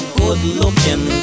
good-looking